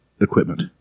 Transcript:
equipment